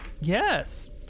Yes